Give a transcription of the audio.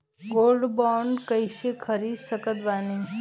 Gold bond कईसे खरीद सकत बानी?